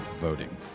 voting